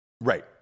Right